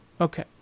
Okay